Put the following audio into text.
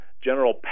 General